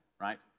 right